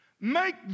Make